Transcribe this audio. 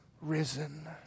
risen